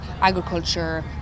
agriculture